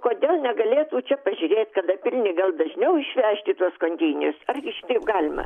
kodėl negalėtų čia pažiūrėt kada pilni gal dažniau išvežti tuos konteinerius ar gi šitaip galima